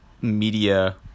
media